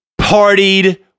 partied